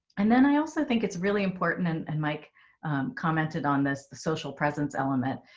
and then i also think it's really important. and mike commented on this, the social presence element.